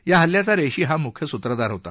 या हल्ल्याचा रेशी हा मुख्य सूत्रधार होता